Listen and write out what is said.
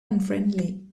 unfriendly